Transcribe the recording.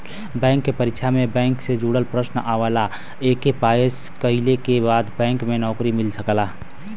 bank के परीक्षा में बैंक से जुड़ल प्रश्न आवला एके पास कइले के बाद बैंक में नौकरी मिल सकला